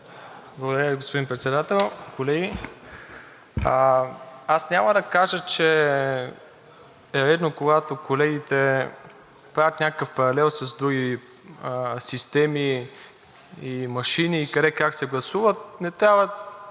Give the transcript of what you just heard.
Благодаря Ви, господин Председател. Колеги, аз няма да кажа, че е редно, когато колегите правят някакъв паралел с други системи и машини и къде как се гласува, не трябва